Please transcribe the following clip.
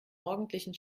morgendlichen